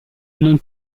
non